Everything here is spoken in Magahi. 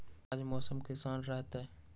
आज मौसम किसान रहतै?